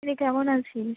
কী রে কেমন আছিস